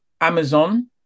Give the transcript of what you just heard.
Amazon